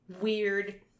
weird